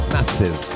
Massive